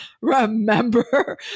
remember